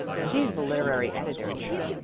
she's the literary editor, you know,